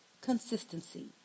Consistency